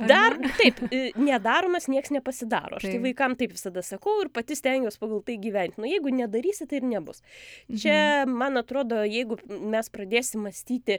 dar taip nedaromas nieks nepasidaro aš tai vaikam taip visada sakau ir pati stengiuos pagal tai gyvent nu jeigu nedarysi tai ir nebus čia man atrodo jeigu mes pradėsim mąstyti